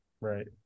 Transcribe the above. right